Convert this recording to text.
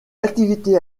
activité